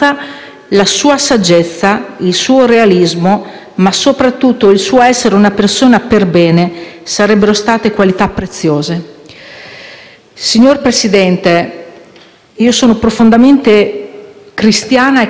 Signora Presidente, sono profondamente cristiana e cattolica e so che Altero è già nel paradiso dei giusti. Da lì saprà ancora essere l'uomo delle istituzioni